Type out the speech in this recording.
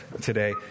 today